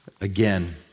Again